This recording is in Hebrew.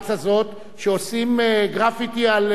שעושים גרפיטי ב"יד ושם".